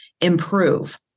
improve